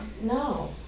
no